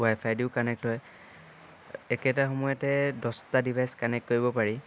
ৱাইফাইদিও connect হয় একেটা সময়তে দহটা ডিভাইচ কানেক্ট কৰিব পাৰি